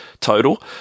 total